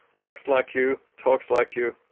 walks like you, talks like you,